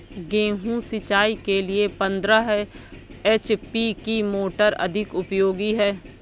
गेहूँ सिंचाई के लिए पंद्रह एच.पी की मोटर अधिक उपयोगी है?